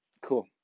cool